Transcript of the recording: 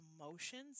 emotions